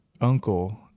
uncle